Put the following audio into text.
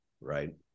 right